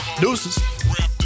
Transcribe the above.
Deuces